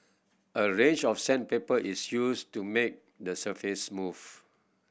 a range of sandpaper is used to make the surface smooth